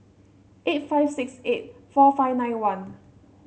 eight five six eight four five nine one